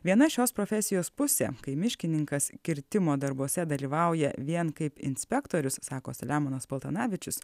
viena šios profesijos pusė kai miškininkas kirtimo darbuose dalyvauja vien kaip inspektorius sako selemonas paltanavičius